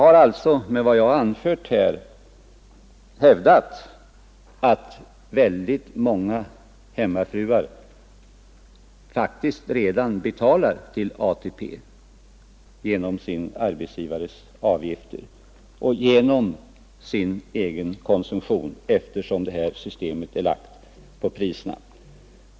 Nr 56 Med vad jag här anfört har jag alltså hävdat att många hemmafruar Onsdagen den faktiskt redan betalar till ATP genom sin arbetsgivares avgifter och 12 april 1972 genom sin egen konsumtion, eftersom det här systemet påverkar priserna.